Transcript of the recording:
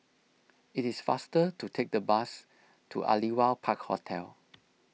it is faster to take the bus to Aliwal Park Hotel